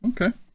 okay